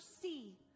see